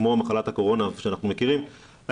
כמו מחלת הקורונה שאנחנו מכירים,